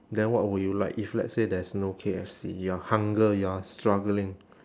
then what will you like if let's say there's no K_F_C you are hunger you are struggling